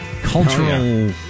cultural